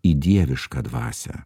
į dievišką dvasią